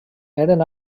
eren